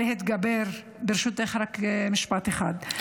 ברשותך, רק משפט אחד.